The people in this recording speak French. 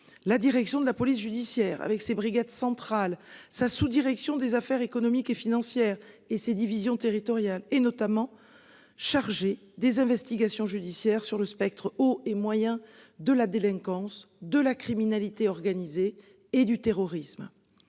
La direction de la police judiciaire avec ces brigades centrales sa sous-, direction des affaires économiques et financières et ses divisions territoriales est notamment chargé des investigations judiciaires sur le spectre haut et moyens de la délinquance de la criminalité organisée et du terrorisme.